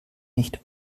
nicht